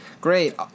Great